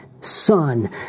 son